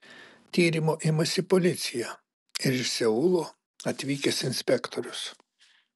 tyrimo imasi policija ir iš seulo atvykęs inspektorius